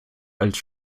als